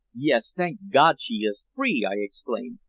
yes. thank god she is free! i exclaimed.